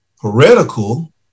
heretical